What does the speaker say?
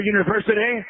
University